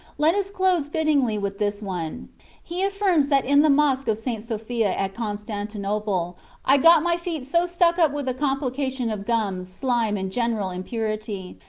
let us close fittingly with this one he affirms that in the mosque of st. sophia at constantinople i got my feet so stuck up with a complication of gums, slime, and general impurity,